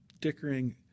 dickering